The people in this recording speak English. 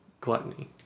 Gluttony